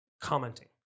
commenting